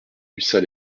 ussat